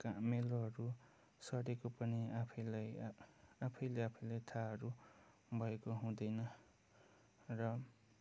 मेलोहरू सरेको पनि आफैलाई आफैले आफैलाई थाहाहरू भएको हुँदैन र